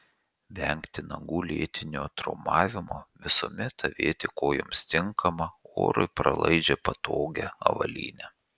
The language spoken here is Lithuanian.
vengti nagų lėtinio traumavimo visuomet avėti kojoms tinkamą orui pralaidžią patogią avalynę